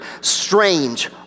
strange